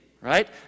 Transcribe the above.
right